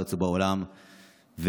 בארץ ובעולם,